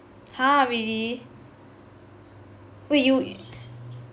!huh! really wait you